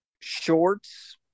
shorts